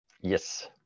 Yes